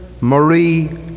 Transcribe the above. Marie